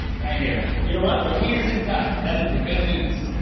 right here. you know what? the wiener's intact, that is the good news.